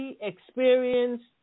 Experienced